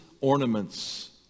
ornaments